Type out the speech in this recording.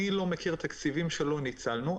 אני לא מכיר תקציבים שלא ניצלנו,